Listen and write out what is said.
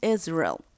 Israel